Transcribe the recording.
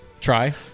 try